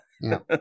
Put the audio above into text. No